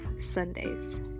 Sundays